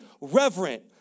reverent